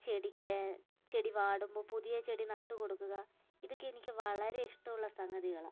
ചെടിക്ക് ചെടി വാടുമ്പോൾ പുതിയ ചെടി നട്ടു കൊടുക്കുക ഇതൊക്കെ എനിക്ക് വളരെ ഇഷ്ടമുള്ള സംഗതികളാണ്